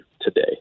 today